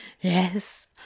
yes